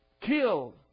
killed